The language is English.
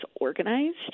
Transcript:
organized